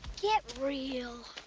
get real.